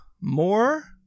more